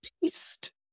beast